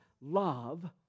love